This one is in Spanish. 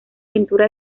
pintura